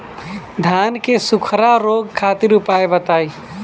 धान के सुखड़ा रोग खातिर उपाय बताई?